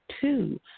Two